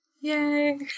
Yay